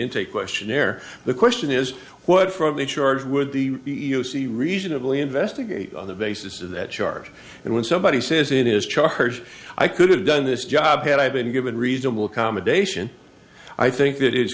intake questionnaire the question is what from the charge would the e e o c reasonably investigate the basis of that charge and when somebody says it is charge i could have done this job had i been given reasonable accommodation i think that i